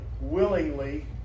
willingly